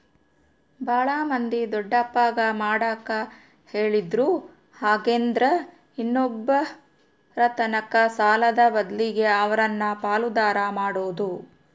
ಬಾಳ ಮಂದಿ ದೊಡ್ಡಪ್ಪಗ ಮಾಡಕ ಹೇಳಿದ್ರು ಹಾಗೆಂದ್ರ ಇನ್ನೊಬ್ಬರತಕ ಸಾಲದ ಬದ್ಲಗೆ ಅವರನ್ನ ಪಾಲುದಾರ ಮಾಡೊದು